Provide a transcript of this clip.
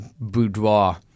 boudoir